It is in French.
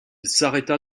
s’arrêta